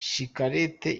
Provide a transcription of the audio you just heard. shikarete